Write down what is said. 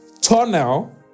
tunnel